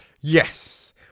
yes